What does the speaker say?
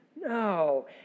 No